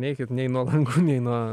neikit nei nuo langų nei nuo